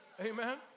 Amen